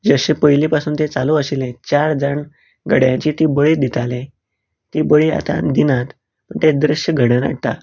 जशें पयली पसून ते चालू आशिल्ले चार जाण गड्यांची ती बळी दिताले ती बळी आता दिनात पण ते दृश्य घडोवन हाडटात